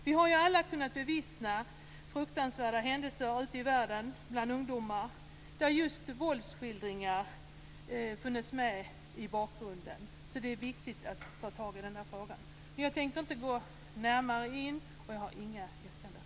Vi har ju alla kunnat bevittna fruktansvärda händelser ute i världen bland ungdomar, där just våldsskildringar funnits med i bakgrunden. Det är därför viktigt att ta tag i den frågan. Jag tänker inte gå närmare in på den, och jag har inga yrkanden.